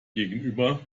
gegenüber